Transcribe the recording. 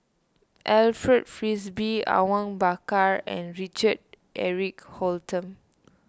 Alfred Frisby Awang Bakar and Richard Eric Holttum